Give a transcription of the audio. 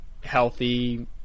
healthy